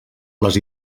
les